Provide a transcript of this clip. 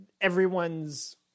everyone's